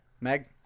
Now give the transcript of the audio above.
Meg